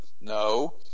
No